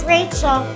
Rachel